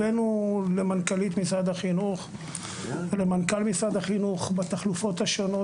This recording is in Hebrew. הבאנו למנכ"לית משרד החינוך ולמנכ"ל משרד החינוך בתחלופות השונות,